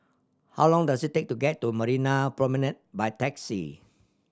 how long does it take to get to Marina Promenade by taxi